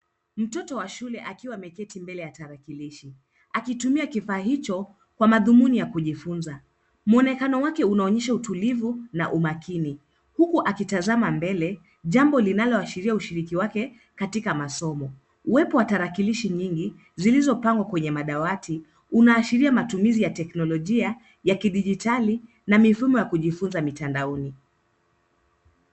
Mtoto wa shule akiwa ameketi mbele ya tarakilishi, akitumia kifaa hicho kwa mathumuni ya kujifunza. Mwonekano wake unaonyesha utulivu na umakini huku akitazama mbele, jambo linaloashiria ushiriki wake katika masomo. Uwepo wa tarakilishi nyingi zilizopangwa kwenye madawati, zinaashiria matumizi ya teknolojia ya kidijitali na mifumo ya kujifunza mitandaoni.